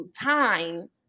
time